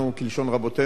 כלשון רבותינו,